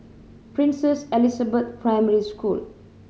Princess Elizabeth Primary School